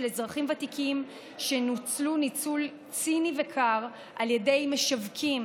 אזרחים ותיקים שנוצלו ניצול ציני וקר על ידי משווקים